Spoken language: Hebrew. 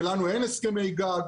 ולנו אין הסכמי גג.